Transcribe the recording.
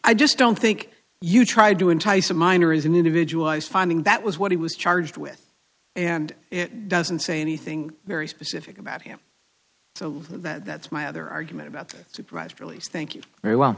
i just don't think you tried to entice a minor is an individual i was finding that was what he was charged with and it doesn't say anything very specific about him so that's my other argument about surprised release thank you very well